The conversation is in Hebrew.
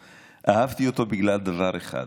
אהבתי אותו בגלל דבר אחד: